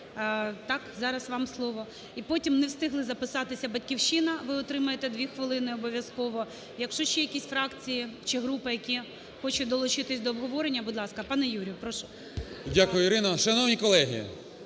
Так, зараз вам слово. І потім, не встигли записатися "Батьківщина", ви отримаєте 2 хвилини обов'язково, якщо ще якісь фракції чи групи, які хочуть долучитись до обговорення, будь ласка. Пане Юрію, прошу. 11:23:07 МІРОШНИЧЕНКО